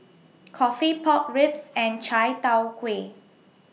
Coffee Pork Ribs and Chai Tow Kuay